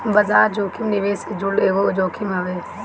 बाजार जोखिम निवेश से जुड़ल एगो जोखिम हवे